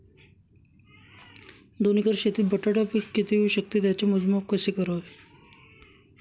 दोन एकर शेतीत बटाटा पीक किती येवू शकते? त्याचे मोजमाप कसे करावे?